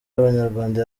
y’abanyarwanda